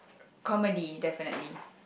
comedy definitely